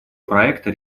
проекта